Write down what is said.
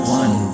one